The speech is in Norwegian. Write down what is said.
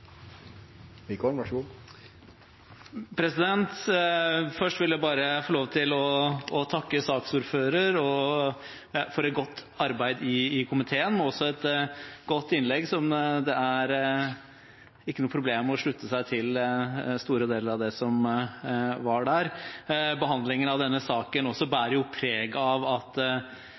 Først vil jeg bare få lov til å takke saksordføreren for et godt arbeid i komiteen, og også for et godt innlegg, som det ikke er noe problem å slutte seg til store deler av. Behandlingen av denne saken bærer jo preg av at